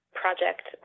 project